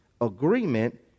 agreement